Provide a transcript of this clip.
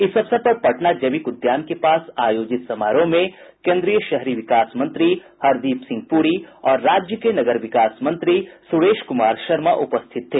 इस अवसर पर पटना जैविक उद्यान के पास आयोजित समारोह में केन्द्रीय शहरी विकास मंत्री हरदीप सिंह पुरी और राज्य के नगर विकास मंत्री सुरेश कुमार शर्मा उपस्थित थे